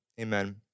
Amen